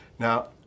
Now